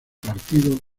partido